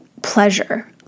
Pleasure